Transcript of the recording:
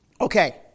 Okay